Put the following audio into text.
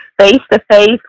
face-to-face